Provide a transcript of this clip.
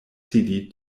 sidi